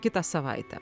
kitą savaitę